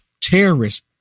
terrorists